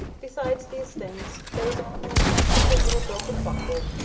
besides these things there was only a fanciful little broken buckle,